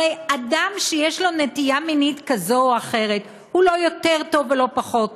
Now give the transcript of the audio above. הרי אדם שיש לו נטייה מינית כזאת או אחרת הוא לא יותר טוב ולא פחות טוב,